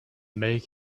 make